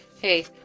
Hey